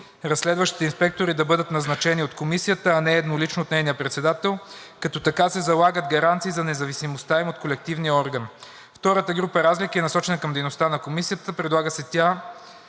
разследващите инспектори да бъдат назначавани от Комисията, а не еднолично от нейния председател, като така се залагат гаранции за независимостта им от колективния орган. Втората група разлики е насочена към дейността на Комисията. Предлага се тя